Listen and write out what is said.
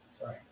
Sorry